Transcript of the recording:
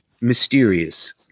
mysterious